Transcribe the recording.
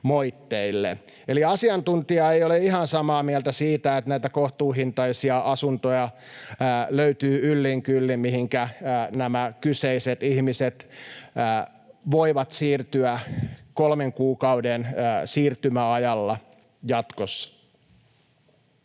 Eli asiantuntija ei ole ihan samaa mieltä siitä, että näitä kohtuuhintaisia asuntoja löytyy yllin kyllin, mihinkä nämä kyseiset ihmiset voivat siirtyä kolmen kuukauden siirtymäajalla jatkossa.